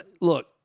Look